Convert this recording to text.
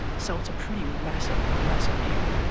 so it's a pretty massive, massive deal.